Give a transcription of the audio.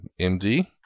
MD